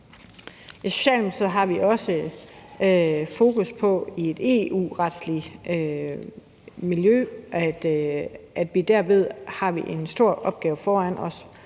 I Socialdemokratiet har vi også fokus på, at vi i et EU-retsligt miljø har en ret stor opgave foran os,